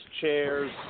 chairs